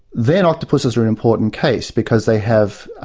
then octopuses are an important case because they have,